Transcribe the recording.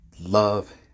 love